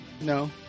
No